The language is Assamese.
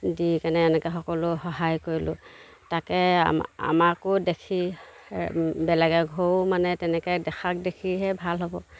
দি কেনে এনেকৈ সকলো সহায় কৰিলোঁ তাকে আমাকো দেখি বেলেগে এঘৰো মানে তেনেকৈ দেখাক দেখিহে ভাল হ'ব